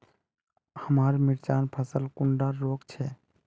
हमार मिर्चन फसल कुंडा रोग छै?